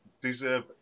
deserve